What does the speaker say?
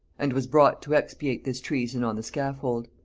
and was brought to expiate this treason on the scaffold.